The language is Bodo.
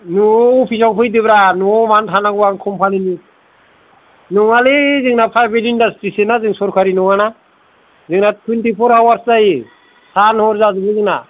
न'आव अफिसाव फैदों ब्रा न'आव मानो थानांगौ आं कमफानिनि नङा लै जोंना फ्रायबेट इनदास्ट्रिसो ना सरकारि नङा ना जोंना थुइन्टिफर हावारस जायो सान हर जाजोबो जोंना